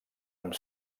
amb